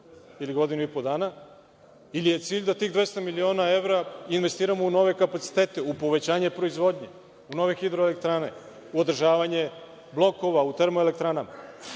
ili godinu i po dana, ili je cilj da tih 200 miliona evra investiramo u nove kapacitete, u povećanje proizvodnje, u nove hidroelektrane, u održavanje blokova u termoelektranama,